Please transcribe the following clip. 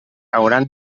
hauran